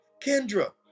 Kendra